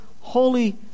holy